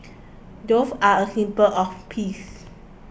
doves are a symbol of peace